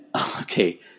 okay